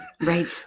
right